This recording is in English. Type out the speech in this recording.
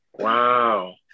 Wow